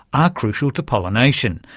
are crucial to pollination,